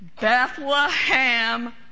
Bethlehem